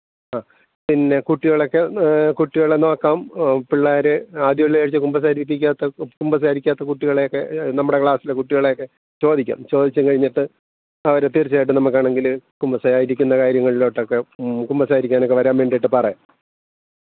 അ പിന്നെ കുട്ടികളൊക്കെ കുട്ടികളെ നോക്കാം പിള്ളേർ ആദ്യ വെള്ളിയാഴ്ച കുമ്പസാരിപ്പിക്കാത്ത കു കുമ്പസാരിക്കാത്ത കുട്ടികളെയൊക്കെ നമ്മുടെ ക്ലാസ്സിലെ കുട്ടികളെയൊക്കെ ചോദിക്കാം ചോദിച്ചു കഴിഞ്ഞിട്ട് അവർ തീർച്ഛയായിട്ടും നമുക്കാണെങ്കിൽ കുമ്പസാരിക്കുന്ന കാര്യങ്ങളിലോട്ടൊക്കെ കുമ്പസാരിക്കാനൊക്കെ വരാൻ വേണ്ടിയിട്ടു പറയാം